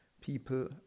People